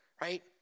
right